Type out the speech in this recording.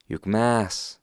juk mes